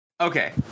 Okay